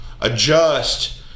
adjust